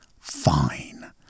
fine